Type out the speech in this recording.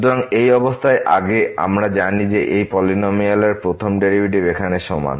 সুতরাং এই অবস্থার আগে আমরা জানি যে এই পলিনমিয়াল এর প্রথম ডেরিভেটিভ এখানে সমান